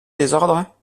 désordre